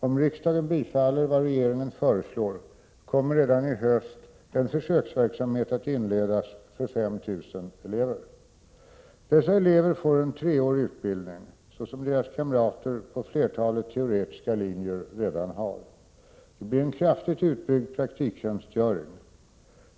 Om riksdagen bifaller vad regeringen föreslår, kommer redan i höst en försöksverksamhet att inledas för 5 000 elever. Dessa elever får en treårig utbildning, såsom deras kamrater på flertalet teoretiska linjer redan har. Det blir en kraftigt utbyggd praktiktjänstgöring.